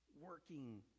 working